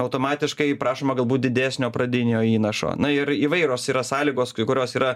automatiškai prašoma galbūt didesnio pradinio įnašo na ir įvairios yra sąlygos kai kurios yra